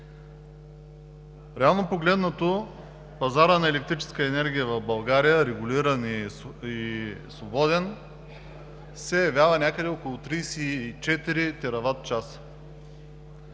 Реално погледнато, пазарът на електрическа енергия в България – регулиран и свободен, се явява някъде около 34 тераватчаса.